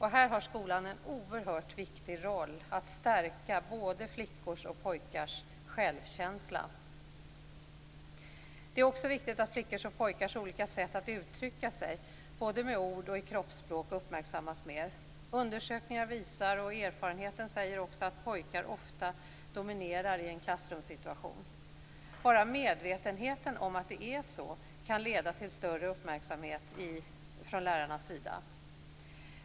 Här har skolan en oerhört viktig roll i att stärka både flickors och pojkars självkänsla. Det är också viktigt att flickors och pojkars olika sätt att uttrycka sig, både med ord och i kroppsspråk, uppmärksammas mer. Undersökningar visar, och erfarenheten säger också, att pojkar ofta dominerar i en klassrumssituation. Bara medvetenheten om att det är så kan leda till större uppmärksamhet från lärarnas sida.